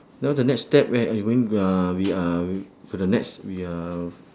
now the next step when uh mm uh we are we for the next we are